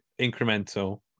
incremental